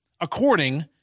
according